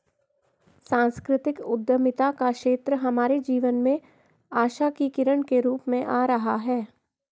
सांस्कृतिक उद्यमिता का क्षेत्र हमारे जीवन में आशा की किरण के रूप में आ रहा है